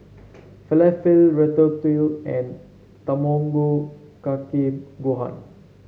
Falafel Ratatouille and Tamago Kake Gohan